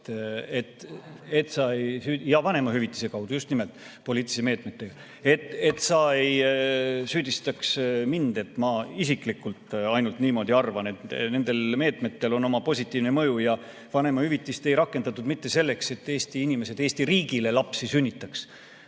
Ma teadlikult tsiteerisin Praxist, et sa ei süüdistaks mind, et ma isiklikult ainult niimoodi arvan. Nendel meetmetel on oma positiivne mõju ja vanemahüvitist ei rakendatud mitte selleks, et Eesti inimesed Eesti riigile lapsi sünnitaks,